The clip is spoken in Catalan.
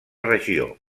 regió